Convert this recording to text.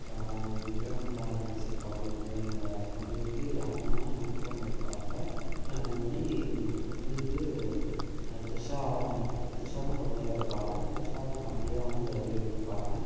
விக்ரம் தான் அதில் நடிச்சிருப்பாப்புல குந்தவையினோட குந்தவைக்கு அண்ணனாக விக்ரம் இருப்பாப்புல அது மாதிரி குந்தவைக்கு த்ரிஷாவை நடிக் த்ரிஷா தான் குந்தவையாக இருப்பாங்க த்ரிஷாவுக்கு தம்பியாக வந்து ஜெயம்ரவி இருப்பாங்க